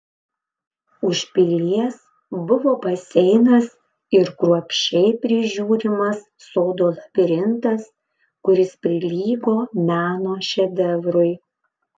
už pilies buvo baseinas ir kruopščiai prižiūrimas sodo labirintas kuris prilygo meno šedevrui